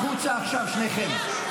החוצה עכשיו שניכם.